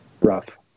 rough